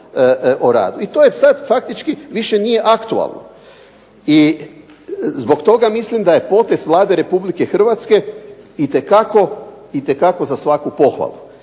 i to sad faktički više nije aktualno. I zbog toga mislim da je potez Vlade Republike Hrvatske itekako za svaku pohvalu